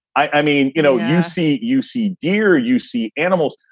i mean, you know, you see you see deer. you see animals.